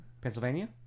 Pennsylvania